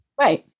Right